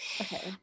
Okay